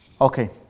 Okay